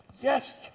yes